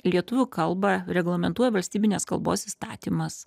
lietuvių kalbą reglamentuoja valstybinės kalbos įstatymas